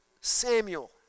Samuel